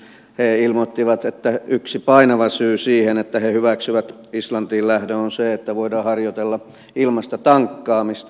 he ilmoittivat että yksi painava syy siihen että he hyväksyvät islantiin lähdön on se että voidaan harjoitella ilmaista tankkaamista